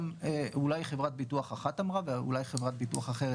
אולי חברת ביטוח אחת אמרה ואולי חברת ביטוח אחרת,